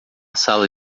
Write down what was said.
sala